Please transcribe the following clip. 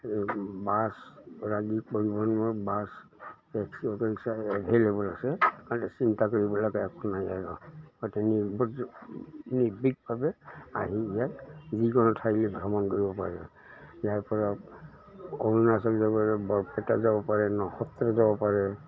এই বাছ পৰিবহণৰ bus taxi auto rickshaw available আছে চিন্তা কৰিবলগা একো নাইয়ে আৰু নিৰ্ভীকভাৱে আহি ইয়াত যিকোনো ঠাইলৈ ভ্ৰমণ কৰিব পাৰে ইয়াৰপৰা অৰুণাচল যাব পাৰিব বৰপেটা যাব পাৰে নসত্ৰ যাব পাৰে